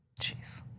Jeez